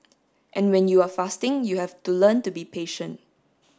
and when you are fasting you have to learn to be patient